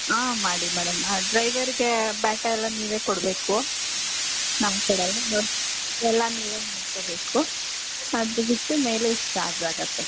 ಹಾಂ ಮಾಡಿ ಮೇಡಂ ಹಾಂ ಡ್ರೈವರ್ಗೆ ಭತ್ತಾ ಎಲ್ಲ ನೀವೇ ಕೊಡಬೇಕು ನಾವು ಕೊಡೋಲ್ಲ ಎಲ್ಲ ನೀವೇ ನೋಡ್ಕೋಬೇಕು ಅದು ಬಿಟ್ಟು ಮೇಲೆ ಇಷ್ಟು ಚಾರ್ಜ್ ಆಗುತ್ತೆ